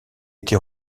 été